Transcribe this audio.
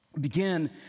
begin